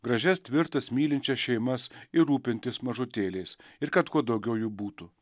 gražias tvirtas mylinčias šeimas ir rūpintis mažutėliais ir kad kuo daugiau jų būtų